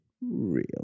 Real